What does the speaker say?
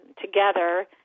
together